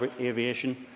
aviation